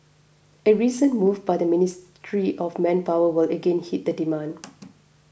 a recent move by the Ministry of Manpower will again hit the demand